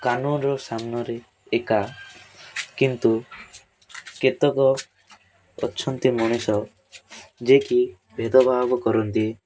କାନୁନ୍ର ସାମ୍ନାରେ ଏକା କିନ୍ତୁ କେତେକ ଅଛନ୍ତି ମଣିଷ ଯେ କି ଭେଦଭାବ କରନ୍ତି